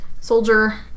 soldier